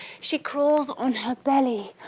she crawls on her belly,